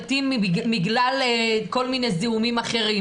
מתים בגלל כל מיני זיהומים אחרים,